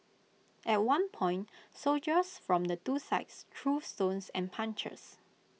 at one point soldiers from the two sides threw stones and punches